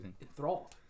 enthralled